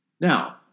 Now